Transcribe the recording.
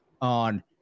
on